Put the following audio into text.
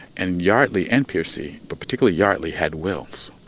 and yardley and piersey, but particularly yardley had wills,